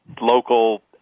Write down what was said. local